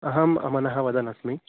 अहम् अमनः वदन्नस्मि